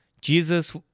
jesus